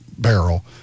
barrel